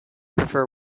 prefer